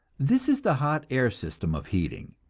this is the hot air system of heating,